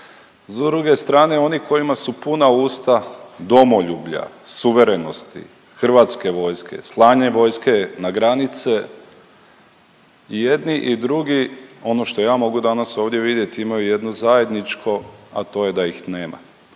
S druge strane oni kojima su puna usta domoljublja, suverenosti, hrvatske vojske, slanje vojske na granice i jedni i drugi, ono što ja mogu danas ovdje vidjeti imaju jednu zajedničko, a to je da ih nema.